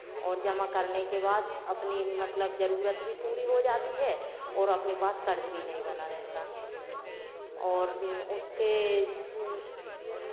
और जमा करने के बाद अपनी मतलब जरूरत भी पूरी हो जाती है और अपने पास कर्ज़ भी नहीं बना रहता और उसके